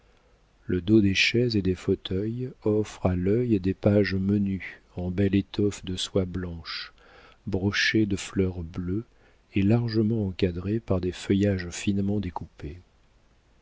le dos des chaises et des fauteuils offre à l'œil des pages menues en belle étoffe de soie blanche brochée de fleurs bleues et largement encadrées par des feuillages finement découpés